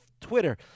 Twitter